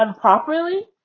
properly